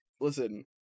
listen